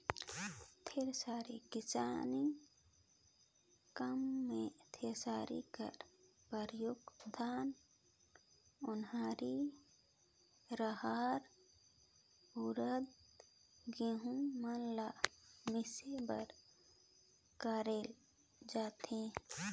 thresher किसानी काम मे थरेसर कर परियोग धान, ओन्हारी, रहेर, उरिद, गहूँ मन ल मिसे बर करल जाथे